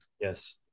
Yes